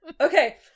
Okay